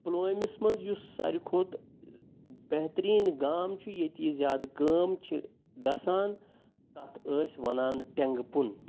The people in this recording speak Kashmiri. پُلوٲمِس منٛز یُس سارِوٕے کھۄتہٕ بہتریٖن گام چھُ ییٚتہِ یہِ زیادٕ کٲم چھِ گژھان تَتھ ٲسۍ ونان ٹیٚنٛگہٕ پُن